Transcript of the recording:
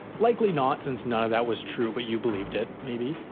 likely not since none of that was true but you believed it, maybe.